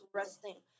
resting